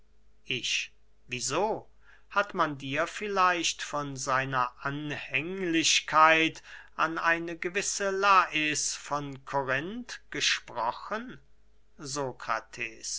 ich wie so hat man dir vielleicht von seiner anhänglichkeit an eine gewisse lais von korinth gesprochen